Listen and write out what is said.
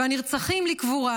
והנרצחים לקבורה,